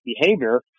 behavior